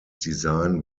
design